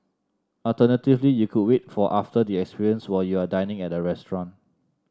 alternatively you could wait for after the experience while you are dining at a restaurant